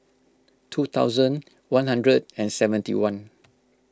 two thousand one hundred and seventy one